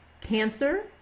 Cancer